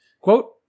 Quote